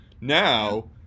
Now